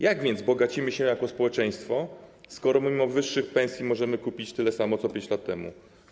Jak więc bogacimy się jako społeczeństwo, skoro mimo wyższych pensji możemy kupić tyle samo co 5 lat temu?